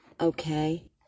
Okay